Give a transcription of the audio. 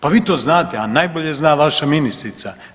Pa vi to znate, a najbolje zna vaša ministrica.